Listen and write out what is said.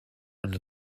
under